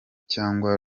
cyangwa